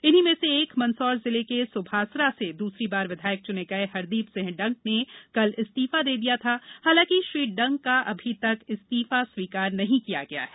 इन्हीं में से एक मंदसौर जिले के सुभासरा से दूसरी बार विधायक चुने गये हरदीप सिंह डंग ने कल इस्तीफा दे दिया था हालांकि श्री डंग का अभी तक इस्तीफा स्वीकार नहीं किया गया है